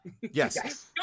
Yes